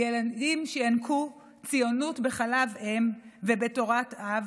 ילדים שינקו ציונות בחלב אם ובתורת אב,